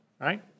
right